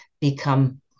become